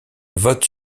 votent